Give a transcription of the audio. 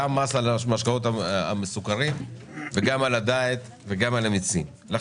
גם מס על המשקאות המסוכרים וגם על הדיאט וגם על המיצים הטבעיים.